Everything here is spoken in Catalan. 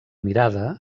mirada